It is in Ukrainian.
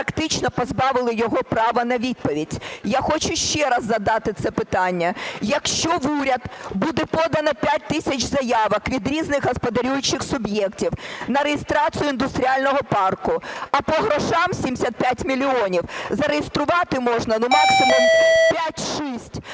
практично позбавили його права на відповідь. Я хочу ще раз задати це питання. Якщо в уряд буде подано 5 тисяч заявок від різних господарюючих суб'єктів на реєстрацію індустріального парку, а по грошам – 75 мільйонів, зареєструвати можна максимум 5-6.